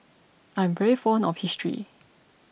I'm very fond of history